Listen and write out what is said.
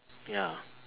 ya